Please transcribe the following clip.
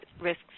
risks